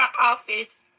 office